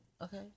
Okay